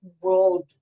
world